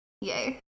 Yay